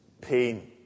pain